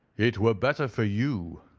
it were better for you,